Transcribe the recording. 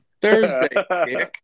Thursday